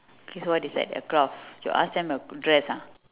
okay so what is that a cloth you ask them a dress ah